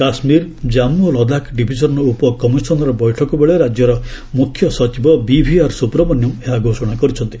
କାଶ୍ମୀର ଜନ୍ମୁ ଓ ଲଦାଖ୍ ଡିଭିଜନ୍ର ଉପ କମିଶନର୍ ବୈଠକବେଳେ ରାଜ୍ୟର ମୁଖ୍ୟ ସଚିବ ବିଭିଆର୍ ସୁବ୍ରମଣ୍ୟମ୍ ଏହା ଘୋଷଣା କରିଛନ୍ତି